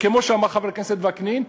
כמו שאמר חבר הכנסת וקנין,